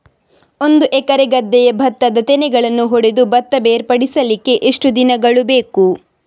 ಒಂದು ಎಕರೆ ಗದ್ದೆಯ ಭತ್ತದ ತೆನೆಗಳನ್ನು ಹೊಡೆದು ಭತ್ತ ಬೇರ್ಪಡಿಸಲಿಕ್ಕೆ ಎಷ್ಟು ದಿನಗಳು ಬೇಕು?